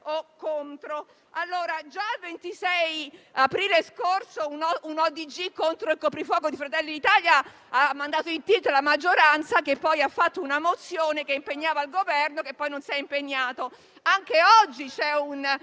contro. Già il 26 aprile scorso un ordine del giorno contro il coprifuoco di Fratelli d'Italia ha mandato in *tilt* la maggioranza, che poi ha presentato una mozione che impegnava il Governo, che poi non si è impegnato. Anche oggi c'è un